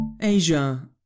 Asia